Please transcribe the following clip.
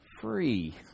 free